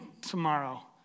tomorrow